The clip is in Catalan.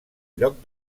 lloc